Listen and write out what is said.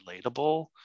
relatable